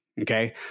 Okay